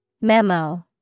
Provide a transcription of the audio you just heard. Memo